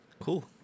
Cool